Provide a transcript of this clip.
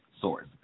source